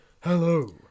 hello